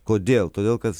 kodėl todėl kas